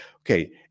Okay